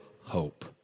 hope